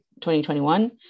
2021